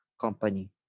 company